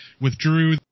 withdrew